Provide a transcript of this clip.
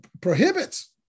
prohibits